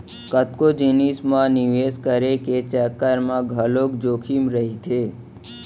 कतको जिनिस म निवेस करे के चक्कर म घलोक जोखिम रहिथे